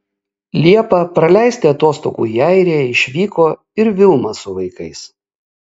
liepą praleisti atostogų į airiją išvyko ir vilma su vaikais